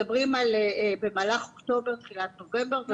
מדברים על במהלך אוקטובר, תחילת נובמבר.